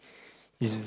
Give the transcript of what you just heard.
it's